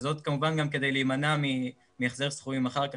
זאת כמובן גם כדי להימנע מהחזר סכומים אחר כך,